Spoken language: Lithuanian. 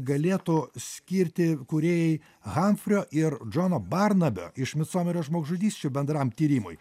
galėtų skirti kūrėjai hanfrio ir džono barnabio iš visuomenės žmogžudysčių bendram tyrimui